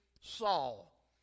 Saul